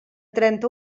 trenta